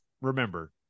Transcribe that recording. remember